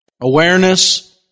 Awareness